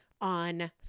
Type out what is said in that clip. on